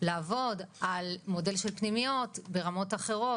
לעבוד על מודל של פנימיות ברמות אחרות,